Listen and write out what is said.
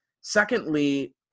secondly